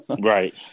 Right